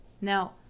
Now